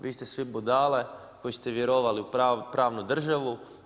Vi ste svi budale koji ste vjerovali u pravnu državu.